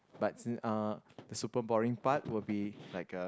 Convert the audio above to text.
but since uh the super boring part will be like uh